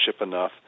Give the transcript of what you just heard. enough